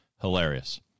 hilarious